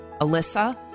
Alyssa